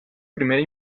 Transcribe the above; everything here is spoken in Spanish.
primera